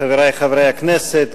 חברי חברי הכנסת,